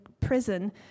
prison